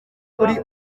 kuri